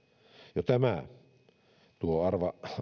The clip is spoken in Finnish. jo tämä tuo